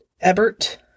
Ebert